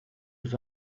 was